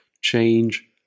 change